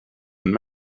one